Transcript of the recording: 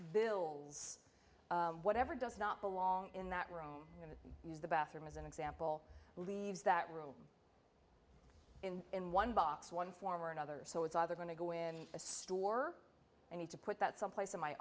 bills whatever does not belong in that room going to use the bathroom as an example leaves that room in one box one form or another so it's either going to go in a store i need to put that someplace in my